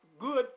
good